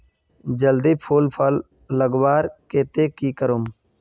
जल्दी फूल फल लगवार केते की करूम?